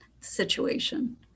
situation